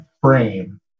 frame